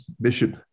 Bishop